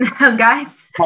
guys